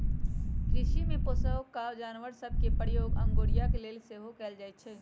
कृषि में पोशौआका जानवर सभ के प्रयोग अगोरिया के लेल सेहो कएल जाइ छइ